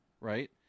Right